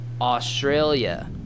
australia